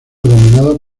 dominado